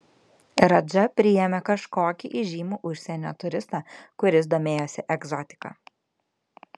radža priėmė kažkokį įžymų užsienio turistą kuris domėjosi egzotika